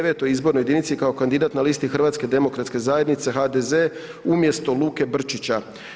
Izbornoj jedinici kao kandidat na listi Hrvatske demokratske zajednice, HDZ umjesto Luke Brčića.